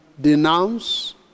denounce